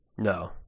No